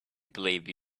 believe